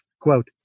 Quote